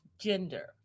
gender